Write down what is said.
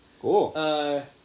Cool